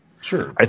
Sure